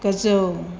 गोजौ